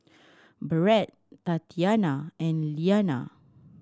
Barrett Tatianna and Leana